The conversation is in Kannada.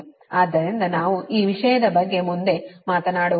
ಆದ್ದರಿಂದ ನಾವು ಈ ವಿಷಯದ ಬಗ್ಗೆ ಮುಂದೆ ಮಾತನಾಡುವುದಿಲ್ಲ